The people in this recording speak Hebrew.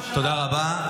תודה רבה.